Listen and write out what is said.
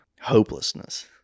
hopelessness